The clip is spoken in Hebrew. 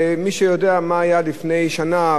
ומי שיודע מה היה לפני שנה,